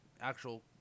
actual